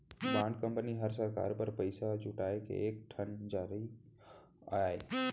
bond company हर सरकार बर पइसा जुटाए के एक ठन जरिया अय